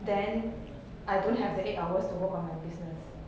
then I don't have the eight hours to work on my business